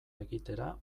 egitera